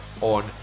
on